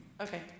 okay